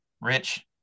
rich